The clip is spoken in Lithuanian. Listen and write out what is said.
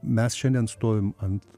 mes šiandien stovim ant